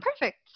Perfect